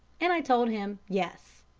and i told him, yes.